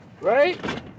right